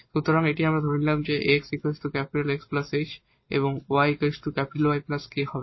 সুতরাং এখানে আমরা ধরে নিলাম এই 𝑥 𝑋 ℎ 𝑦 𝑌 k হবে